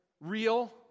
real